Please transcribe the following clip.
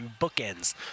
Bookends